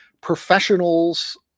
professionals